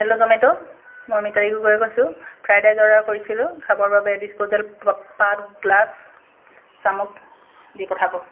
hello Zomato মই মিতালী গগৈয়ে কৈছো ফ্ৰাইড ৰাইচ অৰ্ডাৰ কৰিছিলো খাবৰ বাবে ডিছপ'জেল পাট গ্লাছ চামুচ দি পঠাব